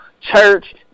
church